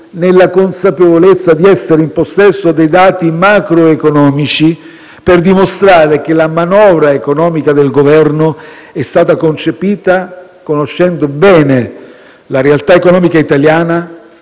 nella consapevolezza di essere in possesso dei dati macroeconomici per dimostrare che la manovra economica del Governo è stata concepita conoscendo bene la realtà economica italiana